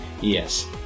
Yes